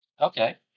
Okay